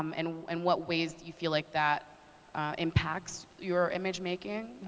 um and in what ways do you feel like that impacts your image making?